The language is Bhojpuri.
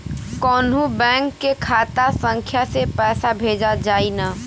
कौन्हू बैंक के खाता संख्या से पैसा भेजा जाई न?